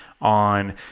on